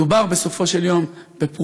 מדובר בסופו של יום בפרוטות,